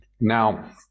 now